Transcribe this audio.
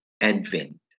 advent